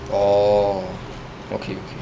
orh okay okay